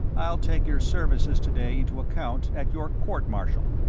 i'll take your services today into account at your court-martial.